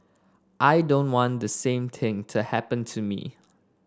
I don't want the same thing to happen to me